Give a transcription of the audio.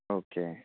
okay